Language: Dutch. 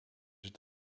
het